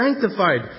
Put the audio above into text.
sanctified